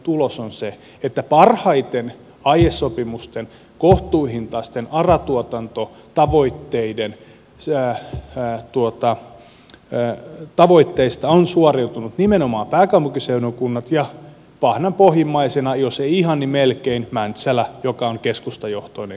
tulos on se että parhaiten aiesopimusten kohtuuhintaisia asuntoja koskevista ara tuotantotavoitteista ovat suoriutuneet nimenomaan pääkaupunkiseudun kunnat ja pahnanpohjimmaisena jos ei ihan niin melkein on mäntsälä joka on keskustajohtoinen kunta